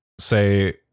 say